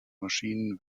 maschinen